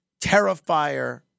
Terrifier